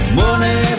money